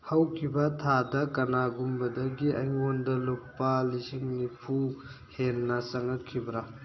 ꯍꯧꯈꯤꯕ ꯊꯥꯗ ꯀꯅꯥꯒꯨꯝꯕꯗꯒꯤ ꯑꯩꯉꯣꯟꯗ ꯂꯨꯄꯥ ꯂꯤꯁꯤꯡ ꯅꯤꯐꯨ ꯍꯦꯟꯅ ꯆꯪꯉꯛꯈꯤꯕ꯭ꯔꯥ